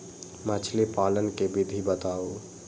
मछली पालन के विधि बताऊँ?